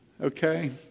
Okay